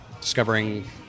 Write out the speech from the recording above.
discovering